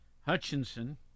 Hutchinson